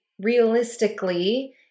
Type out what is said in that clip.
Realistically